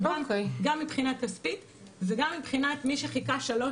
גם מבחינה כספית וגם מבחינת מי שחיכה שלוש